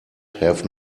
have